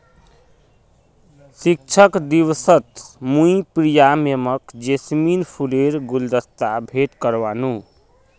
शिक्षक दिवसत मुई प्रिया मैमक जैस्मिन फूलेर गुलदस्ता भेंट करयानू